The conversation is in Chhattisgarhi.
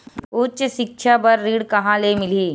उच्च सिक्छा बर ऋण कहां ले मिलही?